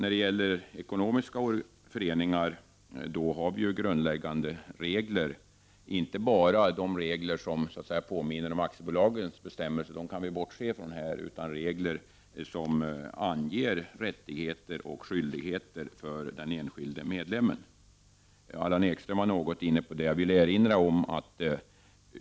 När det gäller ekonomiska föreningar har vi grundläggande regler, inte bara de regler som påminner om aktiebolagslagens regler — dem kan vi bortse ifrån här —, utan också regler som anger rättigheter och skyldigheter för den enskilde medlemmen. Allan Ekström berörde detta något.